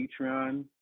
Patreon